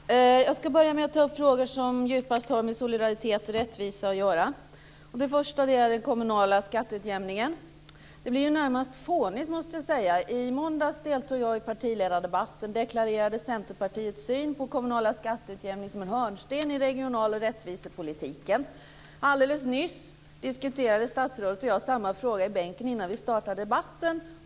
Fru talman! Jag ska börja med att ta upp frågor som djupast har med solidaritet och rättvisa att göra. Det första är den kommunala skatteutjämningen. Det blir närmast fånigt, måste jag säga. I måndags deltog jag i partiledardebatten och deklarerade Centerpartiets syn på den kommunala skatteutjämningen som en hörnsten i den regionala rättvisepolitiken. Alldeles nyss diskuterade statsrådet och jag samma fråga i bänken innan vi startade debatten.